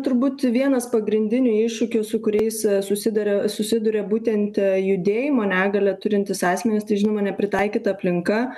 turbūt vienas pagrindinių iššūkių su kuriais susiduria susiduria būtent judėjimo negalią turintys asmenys tai žinoma nepritaikyta aplinka